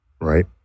right